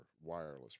wireless